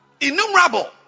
innumerable